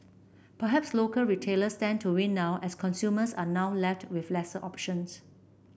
perhaps local retailers stand to win now as consumers are now left with lesser options